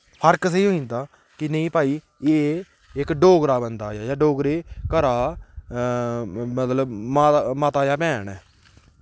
फर्क सेही होई जंदा कि नेईं भाई एह् इक डोगरा बंदा ऐ जां डोगरी घरा दा मतलब मा माता जां भैन ऐ